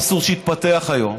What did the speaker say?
מה האבסורד שהתפתח היום?